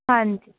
ਹਾਂਜੀ